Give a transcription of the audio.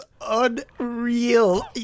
unreal